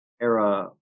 era